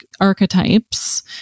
archetypes